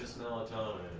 melatonin?